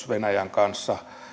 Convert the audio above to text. venäjän kanssa